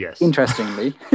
interestingly